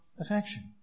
affection